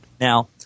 Now